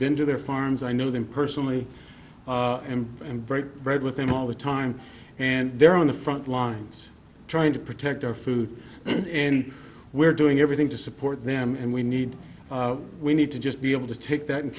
been to their farms i know them personally and break bread with them all the time and they're on the front lines trying to protect our food and we're doing everything to support them and we need we need to just be able to take that and